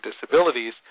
disabilities